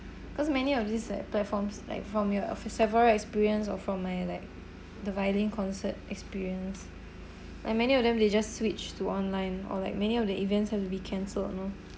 because many of these like platforms like from your uh of~ several experience of from my like the violin concert experience like many of them they just switch to online or like many of the events have to be cancelled you know